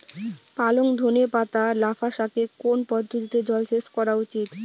পালং ধনে পাতা লাফা শাকে কোন পদ্ধতিতে জল সেচ করা উচিৎ?